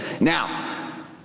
Now